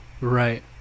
Right